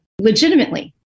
legitimately